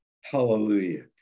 Hallelujah